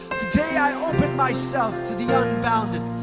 today, i open myself to the unbounded,